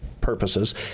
purposes